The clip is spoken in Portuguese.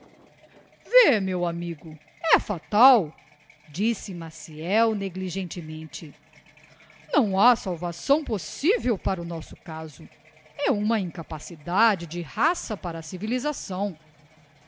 meu amigo e fatal disse maciel negligentemente não ha salvação possivel para o nosso caso é uma incapacidade de raça para a civilisação